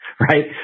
right